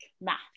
math